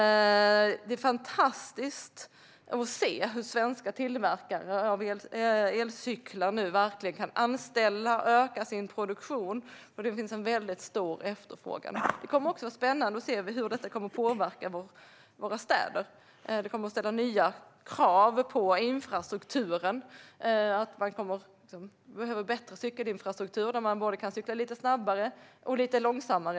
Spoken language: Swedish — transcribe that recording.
Det är fantastiskt att se hur svenska tillverkare av elcyklar nu kan anställa och öka sin produktion. Det finns stor efterfrågan. Det kommer också att bli spännande att se hur detta kommer att påverka våra städer. Det kommer att ställa nya krav på infrastrukturen. Vi kommer att behöva förbättra cykelinfrastrukturen så att man kan cykla både lite snabbare och lite långsammare.